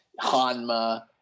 hanma